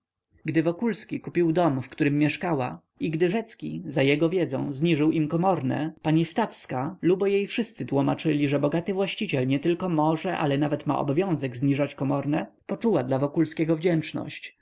gdy wokulski kupił dom w którym mieszkała i gdy rzecki za jego wiedzą zniżył im komorne pani stawska lubo jej wszyscy tłomaczyli że bogaty właściciel nietylko może ale nawet ma obowiązek zniżać komorne poczuła dla wokulskiego wdzięczność